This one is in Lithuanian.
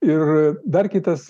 ir dar kitas